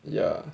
yeah